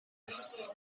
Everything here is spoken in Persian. است